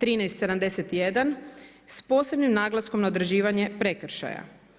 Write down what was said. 13-71 s posebnim naglaskom na određivanje prekršaja.